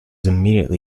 immediately